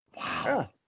Wow